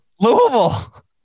Louisville